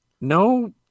no